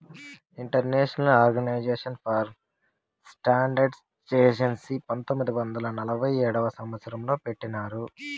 international organization for స్టాండర్డయిజేషన్ని పంతొమ్మిది వందల నలభై ఏడవ సంవచ్చరం లో పెట్టినారు